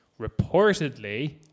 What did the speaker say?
Reportedly